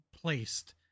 placed